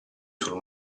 sul